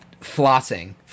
flossing